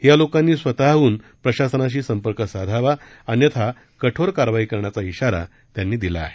या लोकांनी स्वतःहन प्रशासनाशी संपर्क साधावा अन्यथा कठोर कारवाई करण्याचा इशारा त्यांनी दिला आहे